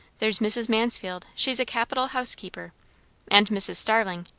there's mrs. mansfield she's a capital housekeeper and mrs. starling.